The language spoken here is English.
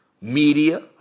media